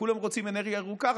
כולם רוצים אנרגיה ירוקה,